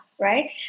right